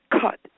cut